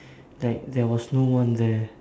like there was no one there